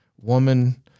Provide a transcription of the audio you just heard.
woman